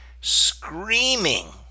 screaming